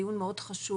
זה דיון מאוד חשוב.